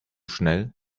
schnell